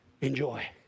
Enjoy